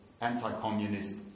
anti-communist